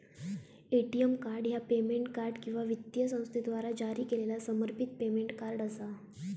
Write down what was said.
ATM card ह्या payment card किंवा वित्तीय संस्थेद्वारा जारी केलेला समर्पित पेमेंट कार्ड असा